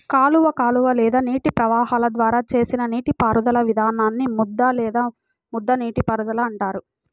కాలువ కాలువ లేదా నీటి ప్రవాహాల ద్వారా చేసిన నీటిపారుదల విధానాన్ని ముద్దు లేదా ముద్ద నీటిపారుదల అంటారు